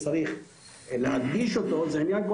דבר שעוד יותר צריך להדגיש זה עניין כל